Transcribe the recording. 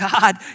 God